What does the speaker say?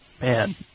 Man